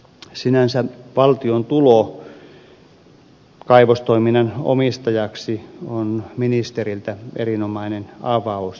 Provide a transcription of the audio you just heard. sinänsä valtion tulo kaivostoiminnan omistajaksi on ministeriltä erinomainen avaus ja toivotan tälle nopeaa edistymistä